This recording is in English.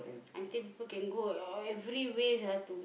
until people can go e~ every ways ah to